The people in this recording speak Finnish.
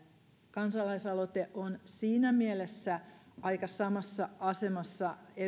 kansalaisaloite on siinä mielessä aika samassa asemassa